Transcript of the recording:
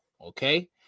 Okay